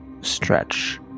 stretch